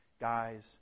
guys